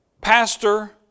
pastor